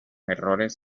errores